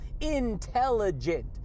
Intelligent